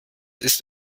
ist